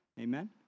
Amen